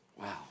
Wow